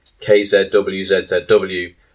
KZWZZW